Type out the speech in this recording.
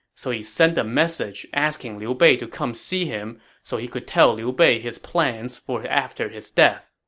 so he sent a message asking liu bei to come see him so he could tell liu bei his plans for after his death.